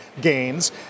gains